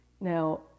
Now